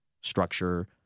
structure